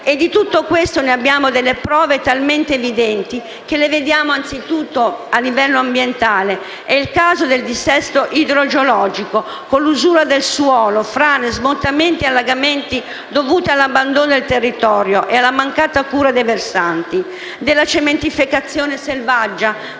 Di tutto questo ne abbiamo prove talmente evidenti, anzitutto a livello ambientale. È il caso del dissesto idrogeologico con l'usura del suolo, frane, smottamenti e allagamenti dovuti all'abbandono del territorio e alla mancata cura dei versanti; della cementificazione selvaggia